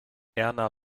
erna